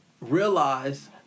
realize